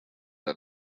have